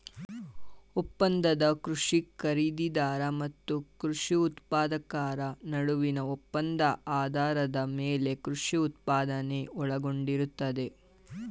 ಒಪ್ಪಂದದ ಕೃಷಿ ಖರೀದಿದಾರ ಮತ್ತು ಕೃಷಿ ಉತ್ಪಾದಕರ ನಡುವಿನ ಒಪ್ಪಂದ ಆಧಾರದ ಮೇಲೆ ಕೃಷಿ ಉತ್ಪಾದನೆ ಒಳಗೊಂಡಿರ್ತದೆ